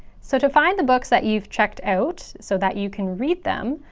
so to find the books that you've checked out so that you can read them,